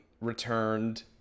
returned